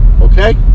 Okay